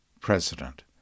President